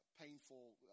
painful